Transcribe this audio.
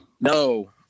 no